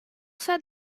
said